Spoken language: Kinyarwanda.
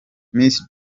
miss